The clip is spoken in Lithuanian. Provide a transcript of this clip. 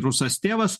rusas tėvas